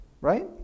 Right